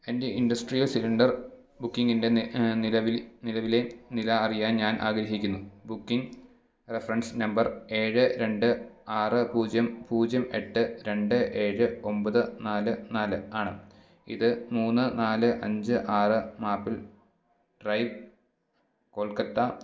എൻ്റെ industrial cylinder ബുക്കിംഗിൻ്റെ നിലവിലെ നില അറിയാൻ ഞാൻ ആഗ്രഹിക്കിന്നു ബുക്കിംഗ് റഫറൻസ് നമ്പർ ഏഴ് രണ്ട് ആറ് പൂജ്യം പൂജ്യം എട്ട് രണ്ട് ഏഴ് ഒമ്പത് നാല് നാല് ആണ് ഇത് മൂന്ന് നാല് അഞ്ച് ആറ് മാപ്പിൾ ഡ്രൈവ് കൊൽക്കത്ത